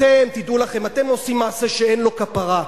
אתם, תדעו לכם, אתם עושים מעשה שאין לו כפרה.